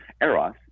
Eros